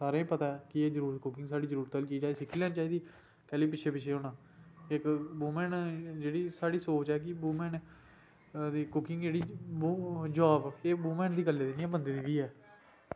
ते सारें गी पता की एह् जरूरत आह्ली चीज़ ऐ सिक्खी लैनी चाहिदी कैह्ली पिच्छें होना इक्क साढ़ी सोच ऐ की वूमन दी कुकिंग जेह्ड़ी ओह् जॉब इक्क वूमन दी कल्लै दी नेईं बंदे दी बी ऐ